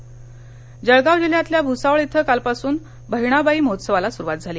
बहिणाबाई जळगाव जिल्ह्यातल्या भुसावळ इथं कालपासून बहिणाबाई महोत्सवाला सुरुवात झाली